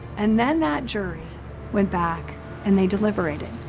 and then that jury went back and they deliberated.